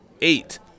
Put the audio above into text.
eight